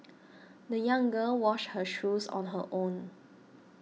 the young girl washed her shoes on her own